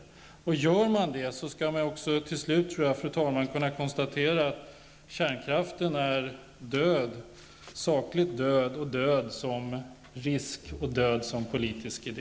Gör man det, skall man också till slut, tror jag, kunna konstatera att kärnkraften är sakligt död, död som risk och död som politisk idé.